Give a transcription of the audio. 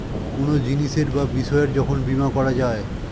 কোনো জিনিসের বা বিষয়ের যখন বীমা করা যায়